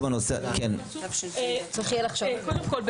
קודם כול,